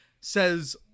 says